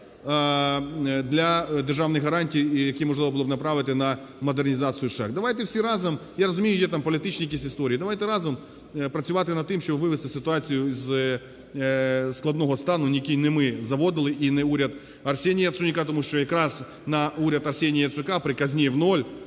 для державних гарантій, які, можливо було б направити на модернізацію шахт. Давайте всі разом… я розумію, є, там, політичні якісь історії, давайте разом працювати над тим, щоб вивести ситуацію із складного стану, в який не ми заводили, і не уряд Арсенія Яценюка, тому що якраз на уряд Арсенія Яценюка при казні в нуль